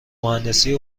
مهندسی